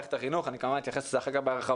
למערכת החינוך אני כמובן אתייחס לזה אחר כך בהרחבה